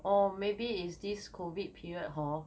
or maybe is this COVID period hor